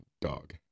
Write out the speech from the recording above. dog